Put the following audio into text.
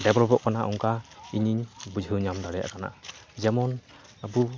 ᱰᱮᱵᱷᱚᱞᱚᱯᱚᱜ ᱠᱟᱱᱟ ᱚᱝᱠᱟ ᱤᱧᱤᱧ ᱵᱩᱡᱷᱟᱹᱣ ᱧᱟᱢ ᱫᱟᱲᱮᱭᱟᱜ ᱠᱟᱱᱟ ᱡᱮᱢᱚᱱ ᱟᱵᱚ